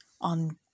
on